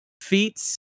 feats